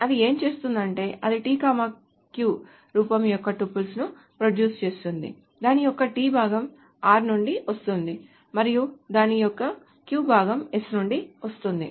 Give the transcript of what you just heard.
అది ఏంచేస్తుందంటే అది t q రూపం యొక్క టుపుల్స్ ను ప్రొడ్యూస్ చేస్తుంది దాని యొక్క t భాగం r నుండి వస్తుంది మరియు దాని యొక్క q భాగం s నుండి వస్తుంది